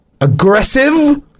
Aggressive